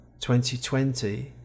2020